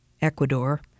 Ecuador